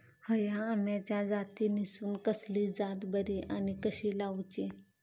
हया आम्याच्या जातीनिसून कसली जात बरी आनी कशी लाऊची?